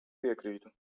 piekrītu